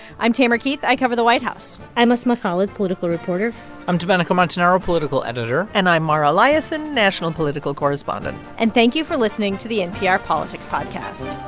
i'm tamara keith. i cover the white house i'm asma khalid, political reporter i'm domenico montanaro, political editor and i'm mara liasson, national political correspondent and thank you for listening to the npr politics podcast